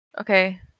Okay